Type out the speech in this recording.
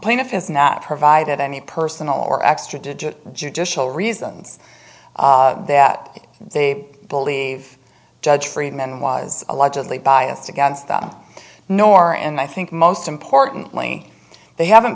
plaintiff is not provided any personal or extra digit judicial reasons that they believe judge friedman was allegedly biased against them nor and i think most importantly they haven't